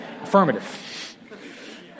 affirmative